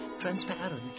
transparent